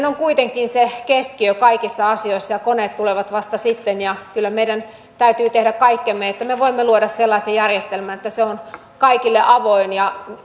on kuitenkin se keskiö kaikissa asioissa ja koneet tulevat vasta sitten kyllä meidän täytyy tehdä kaikkemme että me voimme luoda sellaisen järjestelmän että se on kaikille avoin ja